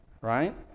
right